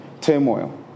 turmoil